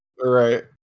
Right